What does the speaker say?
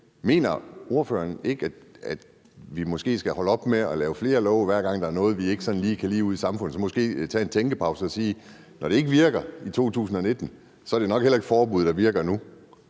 Mener ordføreren ikke, at vi måske skal holde op med at lave flere love, hver gang der er noget, vi ikke sådan lige kan lide ude i samfundet, og måske tage en tænkepause og sige: Når det ikke virkede i 2019, er det nok heller ikke et forbud, der virker nu?